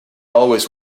always